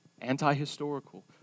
anti-historical